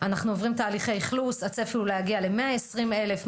והם עוברים תהליכי אכלוס והצפי הוא להגיע ל-120 אלף,